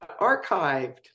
archived